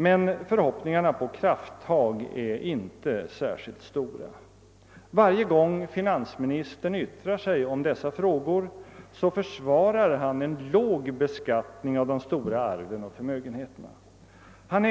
Men förhoppningarna på krafttag är inte särskilt stora; varje gång finansministern yttrar sig om dessa frågor försvarar han en låg beskattning av de stora arven och förmögenheterna. Han